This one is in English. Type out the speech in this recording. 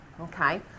okay